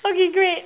okay great